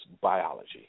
biology